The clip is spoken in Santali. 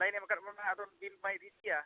ᱞᱟᱭᱤᱱ ᱮᱢ ᱠᱟᱫ ᱵᱚᱱᱟ ᱟᱫᱚ ᱵᱤᱞ ᱵᱟᱭ ᱤᱫᱤᱭᱮᱫ ᱜᱮᱭᱟ